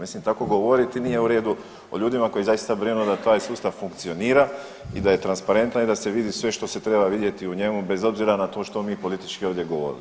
Mislim tako govoriti nije u redu o ljudima koji zaista brinu da taj sustav funkcionira i da je transparentan i da se vidi sve što se treba vidjeti u njemu bez obzira na to što mi politički ovdje govorili.